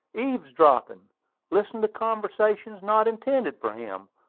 eavesdropping listening to conversation not intended for him,